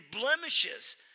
blemishes